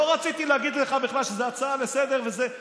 לא רציתי להגיד לך שזו בכלל הצעה לסדר-היום